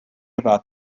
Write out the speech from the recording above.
about